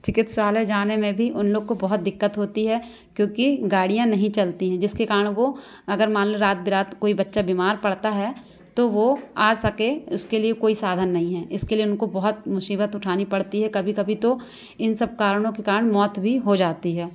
चिकित्सालय जाने में भी उन लोगों को बहुत दिक्कत होती है क्योंकि गाडियाँ नहीं चलती है जिसके कारण वो अगर मान लो रात बेरात कोई बच्चा बीमार पड़ता है तो वह आ सके उसके लिए कोई साधन नहीं है इसके लिए उनको बहुत मुसीबत उठानी पड़ती है कभी कभी तो इन सब कारणों के कारण मौत भी हो जाती है